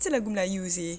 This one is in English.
macam lagu melayu seh